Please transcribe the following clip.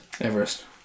Everest